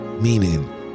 meaning